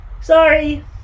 Sorry